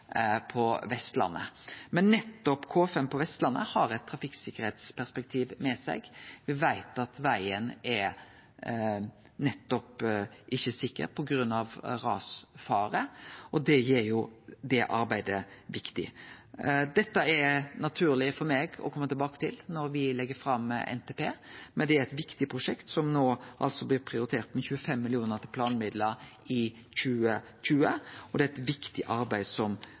på Vestlandet. Nettopp K5 på Vestlandet har eit trafikksikkerheitsperspektiv med seg. Me veit at vegen ikkje er sikker på grunn av rasfare, og det gjer det arbeidet viktig. Dette er det naturleg for meg å kome tilbake til når me legg fram NTP, men det er eit viktig prosjekt som no blir prioritert med 25 mill. kr til planmidlar i 2020. Det er eit viktig arbeid som